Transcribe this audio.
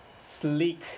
Sleek